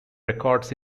records